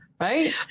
right